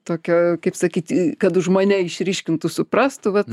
tokio kaip sakyti kad už mane išryškintų suprastų kad